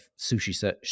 sushi